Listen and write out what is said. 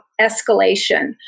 escalation